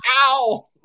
ow